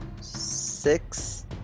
six